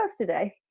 today